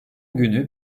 günü